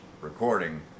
recording